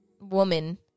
woman